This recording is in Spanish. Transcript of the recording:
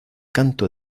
canto